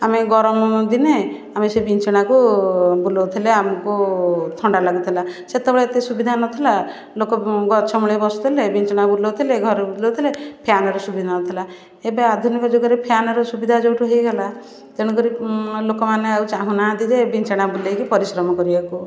ଆମେ ଗରମ ଦିନେ ଆମେ ସେ ବିଞ୍ଚଣାକୁ ବୁଲାଉଥିଲେ ଆମକୁ ଥଣ୍ଡା ଲାଗୁଥିଲା ସେତେବେଳେ ଏତେ ସୁବିଧା ନ ଥିଲା ଲୋକ ଗଛମୂଳେ ବସୁଥିଲେ ବିଞ୍ଚଣା ବୁଲାଉଥିଲେ ଘରେ ବୁଲାଉଥିଲେ ଫ୍ୟାନର ସୁବିଧା ନଥିଲା ଏବେ ଆଧୁନିକ ଯୁଗରେ ଫ୍ୟାନର ସୁବିଧା ଯେଉଁଠୁ ହେଇଗଲା ତେଣୁକରି ଲୋକମାନେ ଆଉ ଚାହୁଁନାହାଁନ୍ତି ଯେ ବିଞ୍ଚଣା ବୁଲେଇକି ପରିଶ୍ରମ କରିବାକୁ